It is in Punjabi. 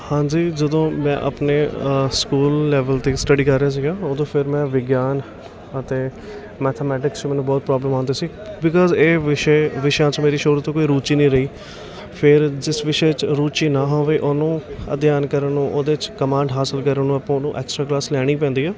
ਹਾਂਜੀ ਜਦੋਂ ਮੈਂ ਆਪਣੇ ਸਕੂਲ ਲੈਵਲ 'ਤੇ ਸਟੱਡੀ ਕਰ ਰਿਹਾ ਸੀਗਾ ਉਦੋਂ ਫਿਰ ਮੈਂ ਵਿਗਿਆਨ ਅਤੇ ਮੈਥਮੈਟਿਕਸ 'ਚ ਮੈਨੂੰ ਬਹੁਤ ਪ੍ਰੋਬਲਮ ਆਉਂਦੀ ਸੀ ਬਿਕੋਜ਼ ਇਹ ਵਿਸ਼ੇ ਵਿਸ਼ਿਆਂ 'ਚ ਮੇਰੀ ਸ਼ੁਰੂ ਤੋਂ ਕੋਈ ਰੁਚੀ ਨਹੀਂ ਰਹੀ ਫਿਰ ਜਿਸ ਵਿਸ਼ੇ 'ਚ ਰੁਚੀ ਨਾ ਹੋਵੇ ਉਹਨੂੰ ਅਧਿਐਨ ਕਰਨ ਨੂੰ ਉਹਦੇ 'ਚ ਕਮਾਂਡ ਹਾਸਲ ਕਰਨ ਨੂੰ ਆਪਾਂ ਨੂੰ ਐਕਸਟਰਾ ਕਲਾਸ ਲੈਣੀ ਪੈਂਦੀ ਆ